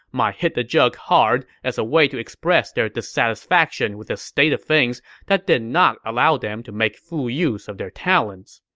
hit the jug hard as a way to express their dissatisfaction with a state of things that did not allow them to make full use of their talents.